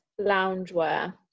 loungewear